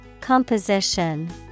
Composition